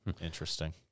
interesting